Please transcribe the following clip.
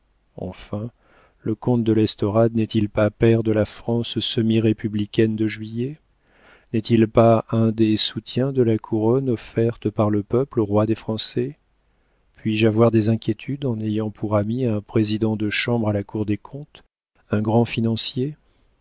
enfin le comte de l'estorade n'est-il pas pair de la france semi républicaine de juillet n'est-il pas un des soutiens de la couronne offerte par le peuple au roi des français puis-je avoir des inquiétudes en ayant pour ami un président de chambre à la cour des comptes un grand financier